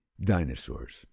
dinosaurs